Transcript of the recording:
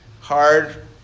hard